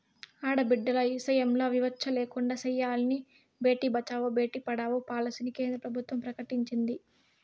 ఆడబిడ్డల ఇసయంల వివచ్చ లేకుండా సెయ్యాలని బేటి బచావో, బేటీ పడావో పాలసీని కేంద్ర ప్రభుత్వం ప్రకటించింది